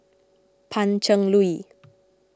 Pan Cheng Lui